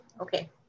Okay